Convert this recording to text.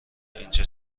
اینجا